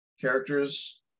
characters